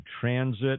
transit